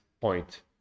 point